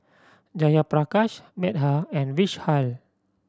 Jayaprakash Medha and Vishal